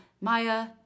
maya